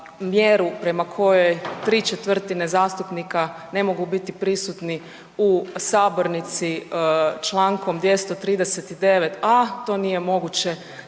prema kojoj ¾ zastupnika ne mogu biti prisutni u sabornici čl. 239.a, to nije moguće